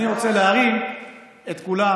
אני רוצה להרים את כולם